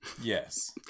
yes